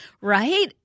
right